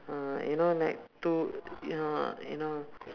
uh you know like two ya you know